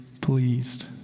pleased